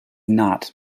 not